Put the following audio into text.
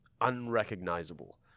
unrecognizable